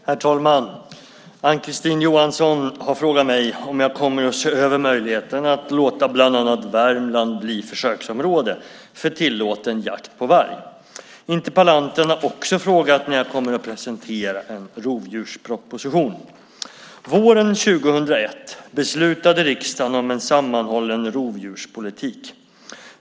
Herr talman! Ann-Kristine Johansson har frågat mig om jag kommer att se över möjligheten att låta bland annat Värmland bli försöksområde för tillåten jakt på varg. Interpellanten har också frågat när jag kommer att presentera en rovdjursproposition. Våren 2001 beslutade riksdagen om en sammanhållen rovdjurspolitik.